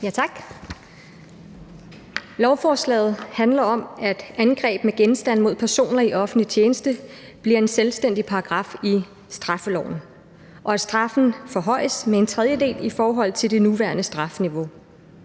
(S): Tak. Lovforslaget handler om, at angreb med genstande mod personer i offentlig tjeneste bliver en selvstændig paragraf i straffeloven, og at straffen forhøjes med en tredjedel i forhold til det nuværende strafniveau.